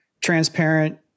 transparent